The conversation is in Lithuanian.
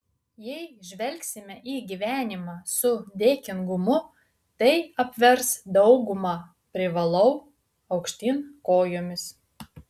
jei žvelgsime į gyvenimą su dėkingumu tai apvers daugumą privalau aukštyn kojomis